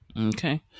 Okay